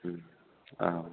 ओम औ